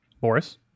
Boris